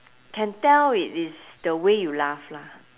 can tell it is the way you laugh lah